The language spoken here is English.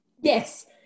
Yes